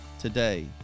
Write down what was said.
today